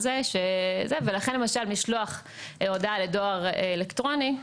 לכן למשל משלוח הודעה לדואר אלקטרוני,